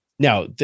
Now